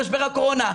בוקר טוב,